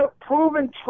proven